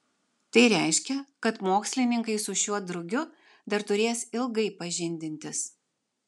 tai reiškia kad mokslininkai su šiuo drugiu dar turės ilgai pažindintis